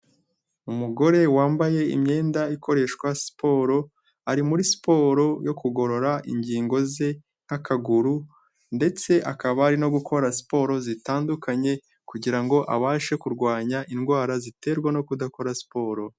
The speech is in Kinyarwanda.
Umugore wambaye imyenda ikoreshwa siporo, ari muri siporo yo kugorora ingingo ze nk'akaguru ndetse akaba ari no gukora siporo zitandukanye kugira ngo abashe kurwanya indwara ziterwa no kudakora siporo.